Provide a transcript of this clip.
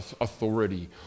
authority